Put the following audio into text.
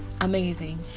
Amazing